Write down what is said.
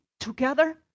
Together